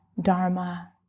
Dharma